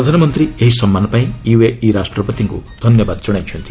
ପ୍ରଧାନମନ୍ତ୍ରୀ ଏହି ସମ୍ମାନ ପାଇଁ ୟୁଏଇ ରାଷ୍ଟ୍ରପତିଙ୍କୁ ଧନ୍ୟବାଦ ଜଣାଇଛନ୍ତି